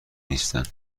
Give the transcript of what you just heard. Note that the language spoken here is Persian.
نیستن